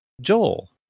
Joel